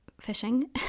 fishing